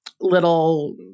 little